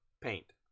paint